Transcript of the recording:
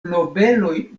nobeloj